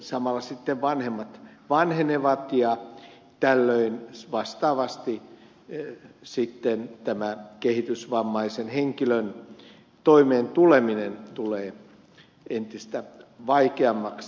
samalla sitten vanhemmat vanhenevat ja tällöin vastaavasti sitten tämä kehitysvammaisen henkilön toimeen tuleminen tulee entistä vaikeammaksi